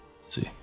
see